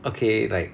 okay like